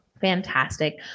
fantastic